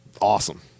awesome